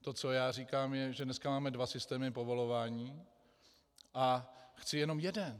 To, co já říkám, je, že dneska máme dva systémy povolování a chci jenom jeden.